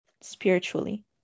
spiritually